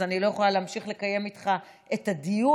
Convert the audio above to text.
אז אני לא יכולה להמשיך לקיים איתך את הדיון,